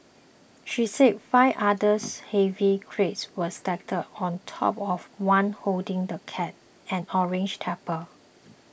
she said five others heavy crates were stacked on top of the one holding the cat an orange tab